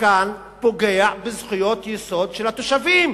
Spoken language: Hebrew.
כאן פוגע בזכויות יסוד של התושבים.